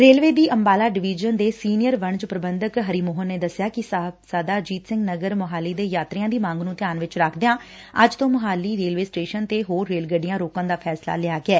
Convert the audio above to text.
railway ਦੀ Ambala division ਦੇ senior ਵਣਜ ਪੁਬੰਧਕ ਹਰੀਮੋਹਨ ਨੇ ਦਸਿਆ ਕਿ ਸਾਹਿਬਜ਼ਾਦਾ ਅਜੀਤ ਸਿੰਘ ਨਗਰ ਮੋਹਾਲੀ ਦੇ ਯਾਤਰੀਆਂ ਦੀ ਮੰਗ ਨੂੰ ਧਿਆਨ ਵਿਚ ਰੱਖਦਿਆ ਅੱਜ ਤੋਂ ਮੁਹਾਲੀ ਰੇਲਵੇ ਸਟੇਸ਼ਨ ਤੇ ਹੋਰ ਰੇਲ ਗੱਡੀਆਂ ਰੋਕਣ ਦਾ ਫੈਸਲਾ ਲਿਆ ਗਿਐ